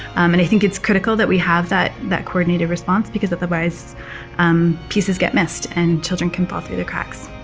and i think it's critical that we have that that coordinated response because otherwise um pieces get missed and children can fall through the cracks.